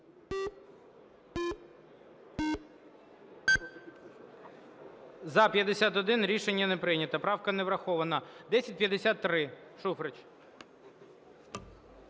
За-51 Рішення не прийнято. Правка не врахована. 1053, Шуфрич.